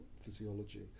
physiology